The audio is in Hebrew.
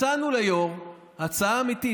הצענו ליו"ר הצעה אמיתית,